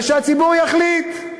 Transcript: ושהציבור יחליט.